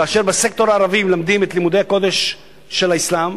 כאשר בסקטור הערבי מלמדים את לימודי הקודש של האסלאם,